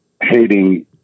hating